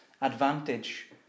advantage